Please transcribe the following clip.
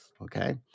okay